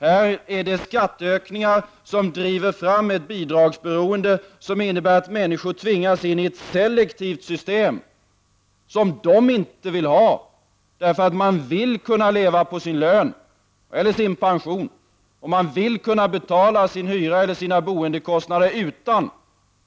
Här är det skatteök ningar som driver fram ett bidragsberoende som gör att människor tvingas in i ett selektivt system som de inte vill ha. Människor vill kunna leva på sin lön eller på sin pension, och de vill kunna betala sin hyra eller sina boendekostnader utan